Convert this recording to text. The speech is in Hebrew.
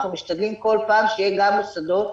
אנחנו משתדלים כל פעם שיהיו גם מוסדות,